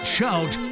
Shout